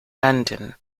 london